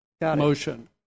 motion